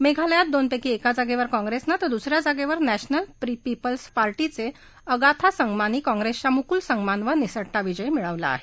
मेघालयात दोनपैकी एका जागेवर काँग्रेसने तर दुसऱ्या जागेवर नॅशनल पीपल्स पार्शिवे अगाथा संगमांनी काँग्रेसच्या मुकुल संगमांवर निसाता विजय मिळवला आहे